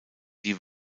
die